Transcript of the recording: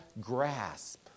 grasp